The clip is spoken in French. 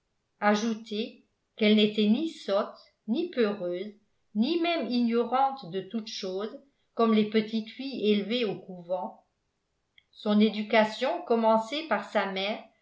ajoutez qu'elle n'était ni sotte ni peureuse ni même ignorante de toutes choses comme les petites filles élevées au couvent son éducation commencée par sa mère